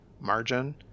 margin